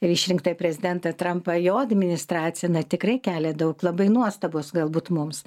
išrinktą prezidentą trampą jo administracija na tikrai kelia daug labai nuostabos galbūt mums